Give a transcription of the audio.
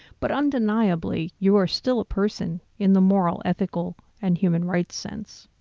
but undeniably, you are still a person in the moral, ethical and human rights sense.